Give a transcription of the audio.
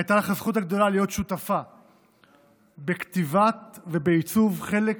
הייתה לך הזכות הגדולה להיות שותפה בכתיבה ובעיצוב חלק